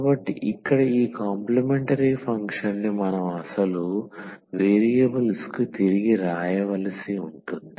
కాబట్టి ఇక్కడ ఈ కాంప్లిమెంటరీ ఫంక్షన్ ని మనం అసలు వేరియబుల్స్కు తిరిగి రాయవలసి ఉంటుంది